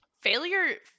failure